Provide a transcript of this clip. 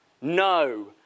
no